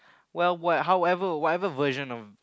well what however whatever version of